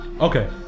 Okay